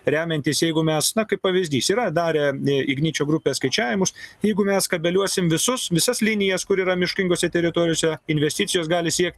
remiantis jeigu mes kaip pavyzdys yra darę igničio grupė skaičiavimus jeigu mes kabeliuosim visus visas linijas kur yra miškingose teritorijose investicijos gali siekti